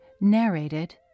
Narrated